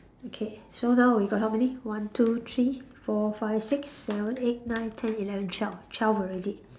okay so now we got how many one two three four five six seven eight nine ten eleven twelve twelve already